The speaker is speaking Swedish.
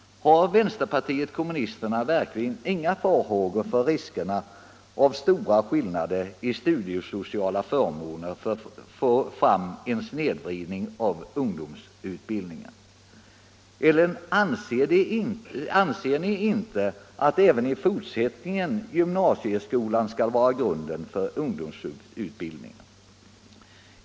Har vänsterpartiet kommunisterna verkligen inga farhågor för att stora skillnader i fråga om studiesociala förmåner kan åstadkomma en snedvridning av ungdomsutbildningen? Eller anser ni inte att även i fortsättningen gymnasieskolan skall vara grunden för ungdomsutbildningen?